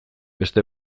beste